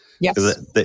Yes